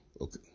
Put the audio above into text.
okay